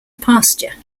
pasture